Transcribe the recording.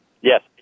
Yes